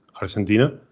Argentina